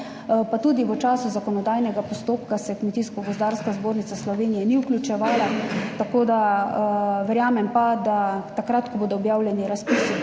Pa tudi v času zakonodajnega postopka se Kmetijsko gozdarska zbornica Slovenije ni vključevala, tako da verjamem pa, da takrat, ko bodo objavljeni razpisi, do